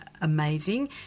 amazing